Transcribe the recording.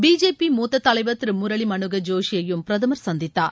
BJP மூத்த தலைவர் திரு முரளி மனோகர் ஜோஷியையும் பிரதமர் சந்தித்தார்